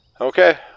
Okay